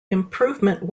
improvement